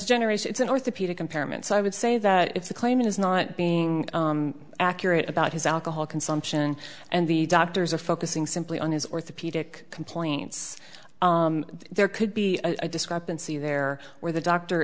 generation it's an orthopedic impairment so i would say that if the claimant is not being accurate about his alcohol consumption and the doctors are focusing simply on his orthopedic complaints there could be a discrepancy there where the doctor